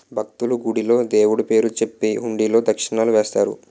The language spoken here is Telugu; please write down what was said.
భక్తులు, గుడిలో దేవుడు పేరు చెప్పి హుండీలో దక్షిణలు వేస్తారు